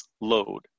load